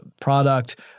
product –